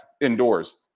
indoors